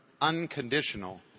unconditional